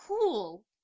cool